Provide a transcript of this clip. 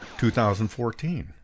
2014